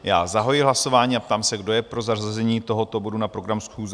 Zahajuji hlasování a ptám se, kdo je pro zařazení tohoto bodu na program schůze?